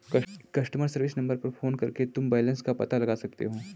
customer service number पर phone करके तुम बैलन्स का पता लगा सकते हो